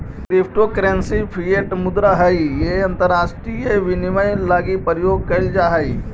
crypto currency fiat मुद्रा हइ जे अंतरराष्ट्रीय विनिमय लगी प्रयोग कैल जा हइ